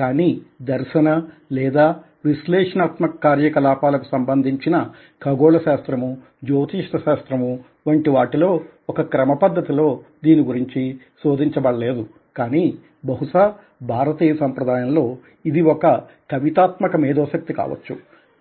కానీ దర్శన' లేదా విశ్లేషణాత్మక కార్యకలాపాలకు సంబంధించిన ఖగోళ శాస్త్రము జ్యోతిష్య శాస్త్రము వంటి వాటిలో ఒక క్రమపద్ధతిలో దీని గురించి శోధించ బడలేదు కానీ బహుశా భారతీయ సంప్రదాయంలో ఇది ఒక కవితాత్మక మేధోశక్తి కావచ్చు